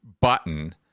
button